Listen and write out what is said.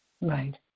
Right